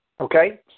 okay